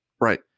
Right